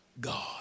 God